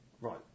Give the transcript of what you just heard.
Right